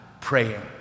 praying